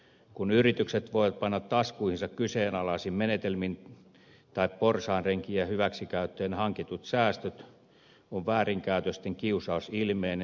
kun yritykset voivat panna taskuihinsa kyseenalaisin menetelmin tai porsaanreikiä hyväksi käyttäen hankitut säästöt on väärinkäytösten kiusaus ilmeinen